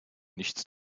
nichts